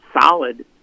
solid